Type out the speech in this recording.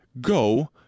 go